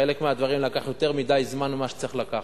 חלק מהדברים לקחו יותר מדי זמן, ממה שצריך לקחת,